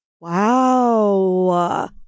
Wow